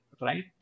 right